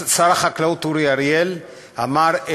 שר החקלאות אורי אריאל אמר: